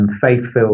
faith-filled